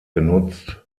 genutzt